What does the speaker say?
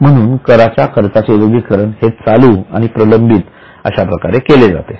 म्हणून कराच्या खर्चाचे वर्गीकरण हे चालू आणि प्रलंबित कशा प्रकारे केले जाते